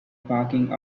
parking